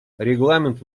регламент